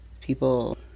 People